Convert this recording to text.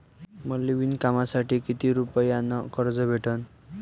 मले विणकामासाठी किती रुपयानं कर्ज भेटन?